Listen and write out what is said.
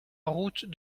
route